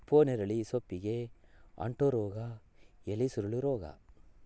ಹಿಪ್ಪುನೇರಳೆ ಸೊಪ್ಪಿಗೆ ಅಂಟೋ ರೋಗ ಎಲೆಸುರುಳಿ ರೋಗ